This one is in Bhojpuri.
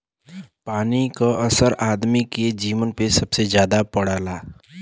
पानी क असर आदमी के जीवन पे सबसे जादा पड़ला